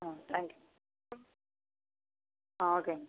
ah thank you ஆ ஓகேங்க